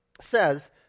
says